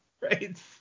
Right